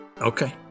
Okay